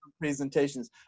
presentations